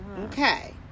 okay